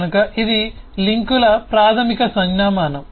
కనుక ఇది లింకుల ప్రాథమిక సంజ్ఞామానం